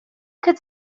could